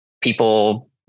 people